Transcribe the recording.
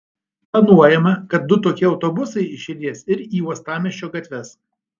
planuojama kad du tokie autobusai išriedės ir į uostamiesčio gatves